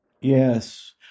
Yes